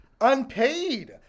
unpaid